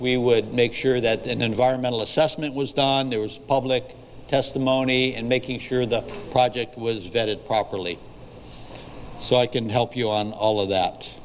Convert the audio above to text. we would make sure that an environmental assessment was done there was public testimony and making sure the project was vetted properly so i can help you on all of that